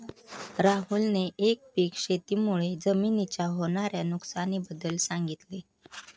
राहुलने एकपीक शेती मुळे जमिनीच्या होणार्या नुकसानी बद्दल सांगितले